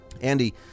Andy